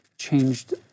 changed